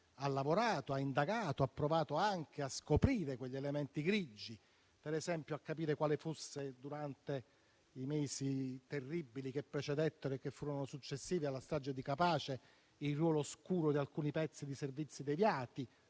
ha lavorato e indagato, provando anche a scoprire gli elementi grigi, come per esempio capire quale fosse durante i mesi terribili che precedettero e furono successivi alla strage di Capaci il ruolo oscuro di alcuni pezzi di servizi deviati.